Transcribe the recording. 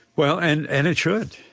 well, and and it should.